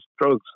drugs